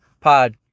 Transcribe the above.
pod